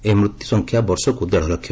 ଏହି ମୃତ୍ୟୁ ସଂଖ୍ୟା ବର୍ଷକୁ ଦେଢ଼ ଲକ୍ଷ